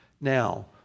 Now